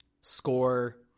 Score